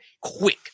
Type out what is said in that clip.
quick